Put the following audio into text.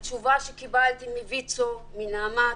התשובה שקיבלתי מויצ"ו, מנעמ"ת,